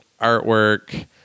artwork